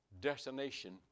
destination